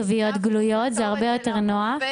אעדיף כתוביות גלויות, זה הרבה יותר נוח.